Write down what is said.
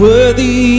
Worthy